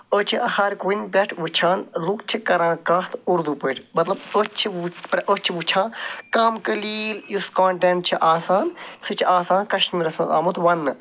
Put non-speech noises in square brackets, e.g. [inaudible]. أسۍ چھِ ہَر کُنہِ پٮ۪ٹھ وٕچھان لُکھ چھِ کران کَتھ اُردو پٲٹھۍ مطلب أسۍ چھِ [unintelligible] أسۍ چھِ وٕچھان کَم کٔلیٖل یُس کۄنٹٮ۪نٛٹ چھِ آسان سُہ چھِ آسان کَشمیٖرَس منٛز آمُت وَنٛنہٕ